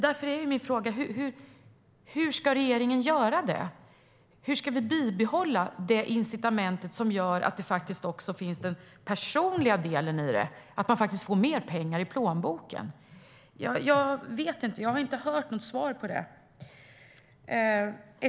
Därför är min fråga: Hur ska regeringen göra? Hur ska vi bibehålla det incitament som gör att det faktiskt också finns en personlig del i detta, att man faktiskt får mer pengar i plånboken? Jag har inte hört något svar på det.